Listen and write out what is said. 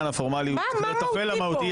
מה מהותי כאן?